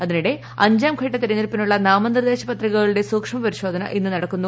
അതിനിടെ അഞ്ചാംഘട്ട തെരഞ്ഞെടുപ്പിനുള്ള നാമനിർദ്ദേശ പത്രികകളുടെ സൂക്ഷ്മ പരിശോധന ഇന്ന് നടക്കും